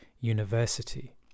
university